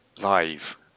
live